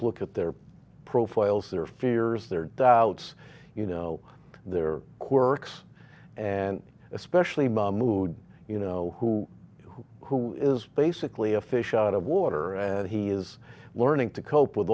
look at their profiles their fears their doubts you know their quirks and especially mahmoud you know who who who is basically a fish out of water and he is learning to cope with